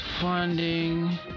funding